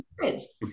kids